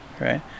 right